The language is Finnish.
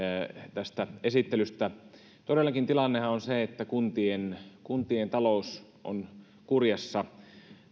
tästä esittelystä todellakin tilannehan on se että kuntien kuntien talous on kurjassa